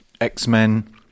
X-Men